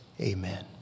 Amen